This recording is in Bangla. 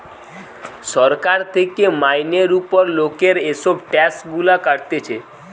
সরকার থেকে মাইনের উপর লোকের এসব ট্যাক্স গুলা কাটতিছে